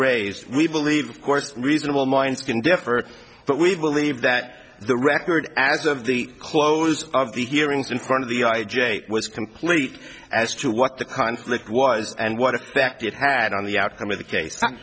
raised we believe course reasonable minds can differ but we believe that the record as of the close of the hearings in front of the i j a was complete as to what the conflict was and what effect it had on the outcome of the case